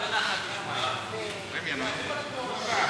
גברתי היושבת-ראש,